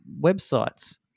websites